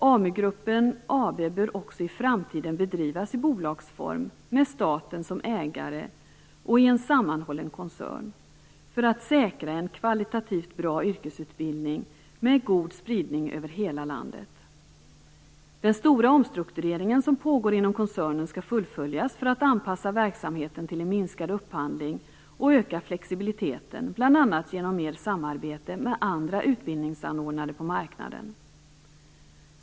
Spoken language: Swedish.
AmuGruppen AB bör också i framtiden bedrivas i bolagsform med staten som ägare och i en sammanhållen koncern. Det skall säkra en kvalitativt bra yrkesutbildning med en god spridning över hela landet. Den stora omstrukturering som pågår inom koncernen skall fullföljas för att anpassa verksamheten till en minskad upphandling och öka flexibiliteten, bl.a. genom mer samarbete med andra utbildningsanordnare på marknaden.